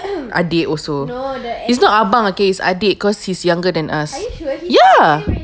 adik also it's not abang okay it's adik cause he's younger than us ya